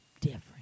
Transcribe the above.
different